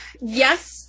yes